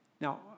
Now